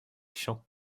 champs